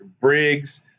Briggs